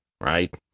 right